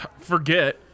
forget